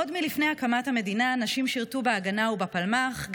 עוד לפני הקמת המדינה נשים שירתו בהגנה ובפלמ"ח,